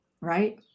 Right